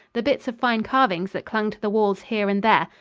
the bits of fine carvings that clung to the walls here and there,